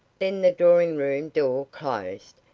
then the drawing-room door closed,